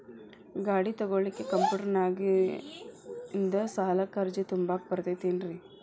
ಗಾಡಿ ತೊಗೋಳಿಕ್ಕೆ ಕಂಪ್ಯೂಟೆರ್ನ್ಯಾಗಿಂದ ಸಾಲಕ್ಕ್ ಅರ್ಜಿ ತುಂಬಾಕ ಬರತೈತೇನ್ರೇ?